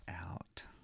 out